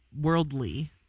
worldly